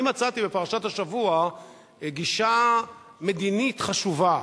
אני מצאתי בפרשת השבוע גישה מדינית חשובה,